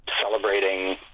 celebrating